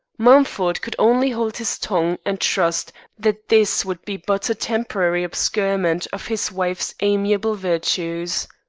mumford could only hold his tongue and trust that this would be but a temporary obscurement of his wife's amiable virtues.